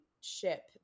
ship